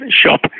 shop